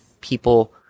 people